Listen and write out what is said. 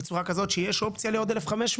בצורה כזאת שיש אופציה לעוד 1,500,